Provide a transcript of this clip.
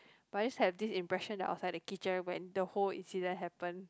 but I just have this impression that I was at the kitchen when the whole incident happen